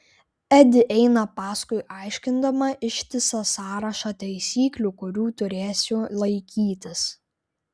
edi eina paskui aiškindama ištisą sąrašą taisyklių kurių turėsiu laikytis